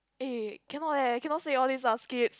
eh cannot leh cannot say all this ah skips